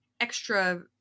extra